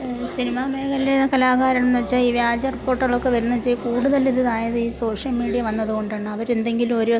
cinema മേഖല കലാകാരൻ എന്ന് വെച്ചാൽ ഈ വ്യാജ ഫോട്ടോകളൊക്കെ വെരുന്നേച്ചാ കൂടുതലിത് ആയതീ സോഷ്യൽ മീഡിയ വന്നത് കൊണ്ടാണവർ എന്തെങ്കിലുമൊരു